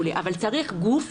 אבל צריך גוף,